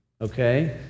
Okay